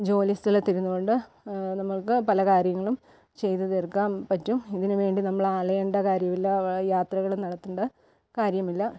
ജോലിസ്ഥലത്ത് ഇരുന്നുകൊണ്ട് നമുക്ക് പല കാര്യങ്ങളും ചെയ്തുതീർക്കാൻ പറ്റും ഇതിനുവേണ്ടി നമ്മൾ അലയേണ്ട കാര്യമില്ല യാത്രകളും നടത്തേണ്ട കാര്യമില്ല